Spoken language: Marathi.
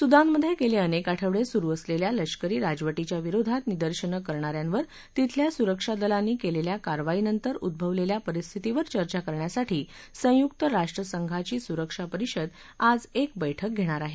सुदानमधे गेले अनेक आठवडे सुरु असलेल्या लष्करी राजवाच्या विरोधात निदर्शनं करण्या यांवर तिथल्या सुरक्षादलांनी केलेल्या कारवाईनंतर उद्भवलेल्या परिस्थितीवर चर्चा करण्यासाठी संयुक्त राष्ट्रसंघाची सुरक्षा परिषद आज एक बैठक घेणार आहे